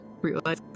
realize